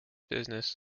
business